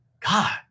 god